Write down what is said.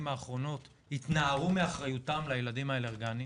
האחרונות התנערו מאחריותם לילדים האלרגניים,